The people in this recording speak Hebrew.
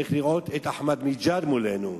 צריך לראות את אחמדינג'אד מולנו,